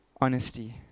Honesty